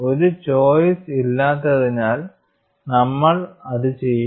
ഒരു ചോയിസ് ഇല്ലാത്തതിനാൽ നമ്മൾ അത് ചെയ്യുന്നു